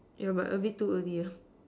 yeah but a bit too early lah